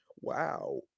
Wow